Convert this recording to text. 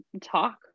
talk